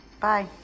Bye